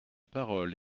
parole